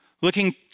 looking